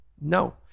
No